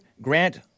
Grant